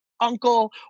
uncle